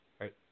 right